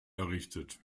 errichtet